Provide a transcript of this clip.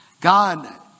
God